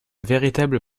véritables